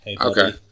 Okay